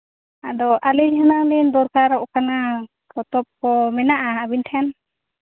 ᱟᱫᱚ ᱟᱹᱞᱤᱧ ᱦᱩᱱᱟᱹᱝ ᱞᱤᱧ ᱫᱚᱨᱠᱟᱨᱚᱜ ᱠᱟᱱᱟ ᱯᱚᱛᱚᱵ ᱠᱚ ᱢᱮᱱᱟᱜᱼᱟ ᱟᱵᱤᱱ ᱴᱷᱮᱱ